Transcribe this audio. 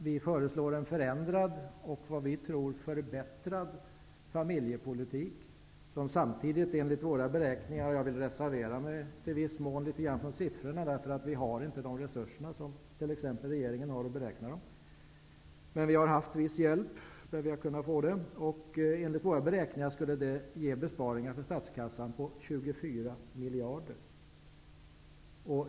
Vi föreslår en förändrad och, vad vi tror, förbättrad familjepolitik som enligt våra beräkningar -- vi har haft viss hjälp -- skulle innebära en besparing i statskassan på 24 miljarder. Jag vill till viss mån reservera mig för siffrorna, eftersom vi inte har de resurser som t.ex. regeringen har för att göra beräkningar.